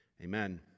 Amen